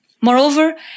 Moreover